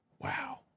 wow